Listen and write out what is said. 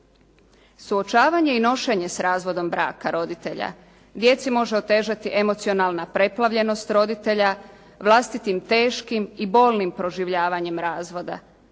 Suočavanje i nošenje s razvodom braka roditelja djeci može otežati emocionalna preplavljenost roditelja vlastitim teškim i bolnim proživljavanjem razvoda,